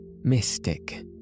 Mystic